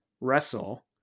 wrestle